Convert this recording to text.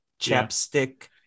chapstick